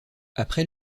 après